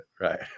right